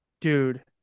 dude